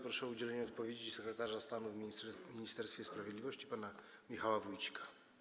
Proszę o udzielenie odpowiedzi sekretarza stanu w Ministerstwie Sprawiedliwości pana Michała Wójcika.